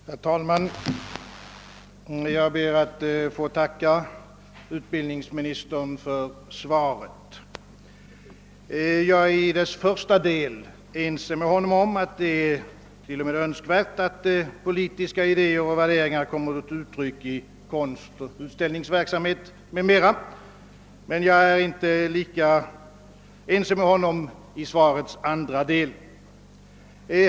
Herr talman! Jag ber att få tacka utbildningsministern för svaret på min fråga. Beträffande svarets första del är jag ense med herr Palme om att det t.o.m. är önskvärt att politiska idéer och värderingar kommer till uttryck i konst, utställningsverksamhet m.m., men jag är inte lika ense med herr Palme om svarets andra del.